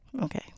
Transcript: Okay